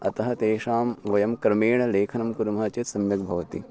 अतः तेषां वयं क्रमेण लेखनं कुर्मः चेत् सम्यक् भवति